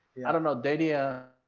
yeah i don't know. dania.